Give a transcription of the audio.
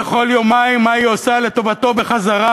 וכל יומיים מה היא עושה לטובתו בחזרה.